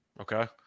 Okay